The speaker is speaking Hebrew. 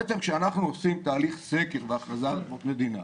בעצם כאשר אנחנו עושים תהליך סקר והכרזה על אדמות מדינה,